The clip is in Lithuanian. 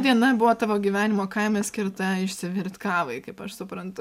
diena buvo tavo gyvenimo kaime skirta išsivirt kavai kaip aš suprantu